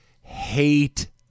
hate